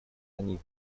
они